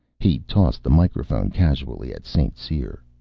he tossed the microphone casually at st. cyr.